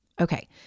Okay